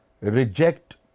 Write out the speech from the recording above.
reject